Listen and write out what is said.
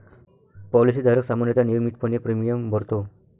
policy धारक सामान्यतः नियमितपणे प्रीमियम भरतो